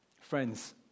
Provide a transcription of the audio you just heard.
Friends